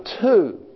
two